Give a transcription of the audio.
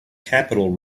capital